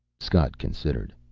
scott considered.